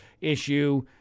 issue